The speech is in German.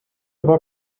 war